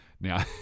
Now